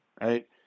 Right